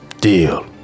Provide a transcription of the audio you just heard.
Deal